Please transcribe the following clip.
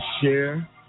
share